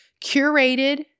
curated